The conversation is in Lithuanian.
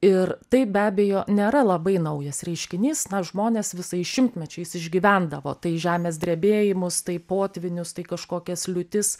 ir tai be abejo nėra labai naujas reiškinys na žmonės visais šimtmečiais išgyvendavo tai žemės drebėjimus tai potvynius tai kažkokias liūtis